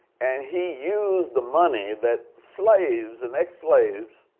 and he used the money that slaves and ex-slaves